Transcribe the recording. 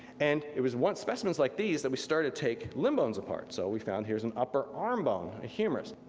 and it was one specimens like these, that we started take limb bones apart. so we found here's an upper arm bone, a humerus,